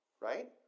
Right